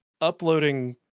uploading